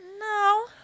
No